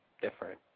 different